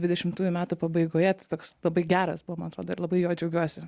dvidešimtųjų metų pabaigoje toks labai geras buvo man atrodo ir labai juo džiaugiuosi